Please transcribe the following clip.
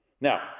Now